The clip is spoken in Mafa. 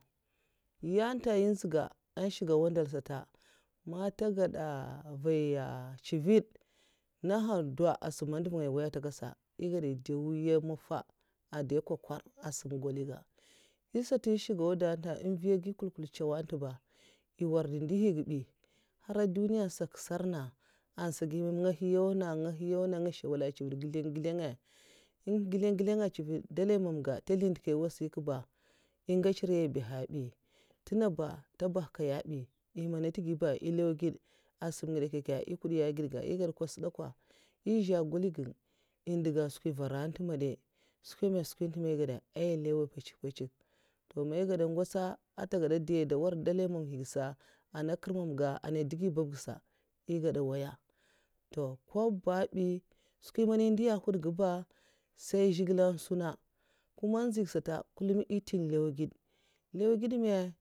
Nyata'nya' njiga n'shiga wandal sata' man nta gada vaya civèd' naha dow asa'man nɗav ngaya nwoya' ntè gèd sa èh gèda dèi nwiya mafa'èh dey kwokwar'a sam gwoli ga' nyèta sata an'shikga auda uhm nviyagi nkwul'nkwul cèw' nteba iwar ndihi ga' bi' nhar duniya'an sa nkisar na' ansagi meme nga nhiyau na' nga nhiyau na 'nga nshawalè. ncivèd ngizlèn ngizlèng nga ngizlen gizlen nga chived'dèlè mamga ntè zlindèkai wasika' ba è ngots nriya, èh mbaha bi ntenga ba nta bahkaya bi, eh mana ntegui ba èh lau gèd a sam ngidè nkye'nkye eh kudi eged'ga eh ged kwas'dekwa izya goli'gwan eh ndiga skwi nvara nte nte'madai shkwe'me skwi nte me agada eh lewa mpechek mpechek to man eh gwada ngotsa an nte gada diya ain da nwar'ka'na dumamhigsa ana ker'mamga ana dgui babgsa'eh gada nwoya'a to kwab ba bi skwin man eh ndiya nhwud'ga ba sai zhigile'n sunnan kuma n'nzyiga sata kullum n'nta nlew ged, nlew ged ma?